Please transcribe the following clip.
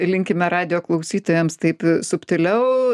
linkime radijo klausytojams taip subtiliau